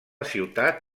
ciutat